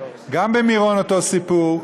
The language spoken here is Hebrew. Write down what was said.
גם במירון אותו סיפור,